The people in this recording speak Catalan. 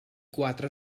quatre